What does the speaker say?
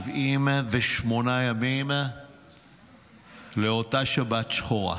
178 ימים לאותה שבת שחורה.